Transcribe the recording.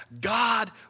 God